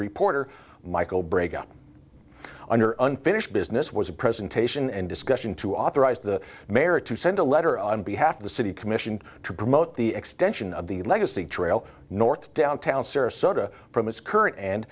reporter michael break up under unfinished business was a presentation and discussion to authorize the mayor to send a letter on behalf of the city commission to promote the extension of the legacy trail north downtown sarasota from its current and